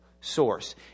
source